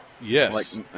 Yes